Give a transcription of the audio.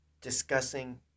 discussing